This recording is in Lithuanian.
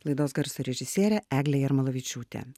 laidos garso režisierė eglė jarmolavičiūtė